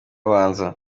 abanza